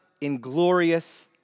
inglorious